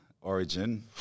origin